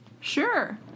Sure